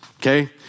okay